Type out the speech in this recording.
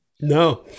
No